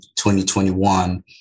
2021